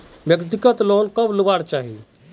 व्यक्तिगत लोन कब लुबार चही?